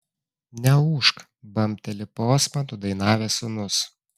neūžk bambteli posmą nudainavęs sūnus